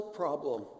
problem